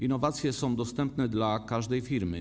Innowacje są dostępne dla każdej firmy.